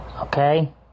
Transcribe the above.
Okay